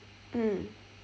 mm